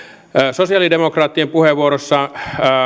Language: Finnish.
sosialidemokraattien puheenvuorossa